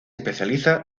especializa